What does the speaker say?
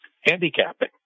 handicapping